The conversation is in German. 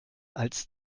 als